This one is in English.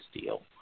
deal